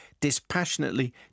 dispassionately